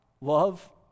Love